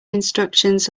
instructions